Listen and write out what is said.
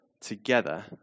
together